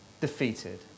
defeated